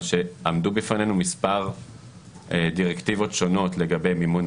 שעמדו בפנינו כמה דירקטיבות שונות לגבי מימון